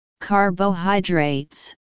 carbohydrates